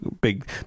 big